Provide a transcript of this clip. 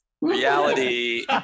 Reality